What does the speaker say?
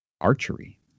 archery